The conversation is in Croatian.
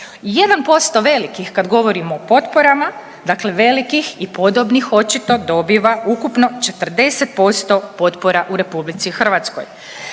1% velikih kad govorimo o potporama dakle velikih i podobnih očito dobiva ukupno 40% potpora u RH.